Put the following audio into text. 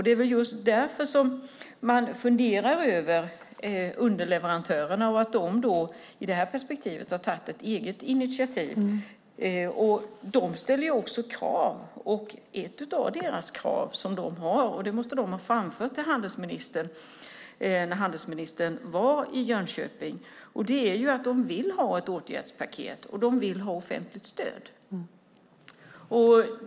Det är därför man funderar över att underleverantörerna har tagit ett eget initiativ. De ställer krav. Ett av deras krav, vilket de måste ha framfört till handelsministern när hon var i Jönköping, är att de vill ha ett åtgärdspaket och offentligt stöd.